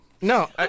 no